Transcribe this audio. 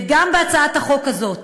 וגם בהצעת החוק הזאת.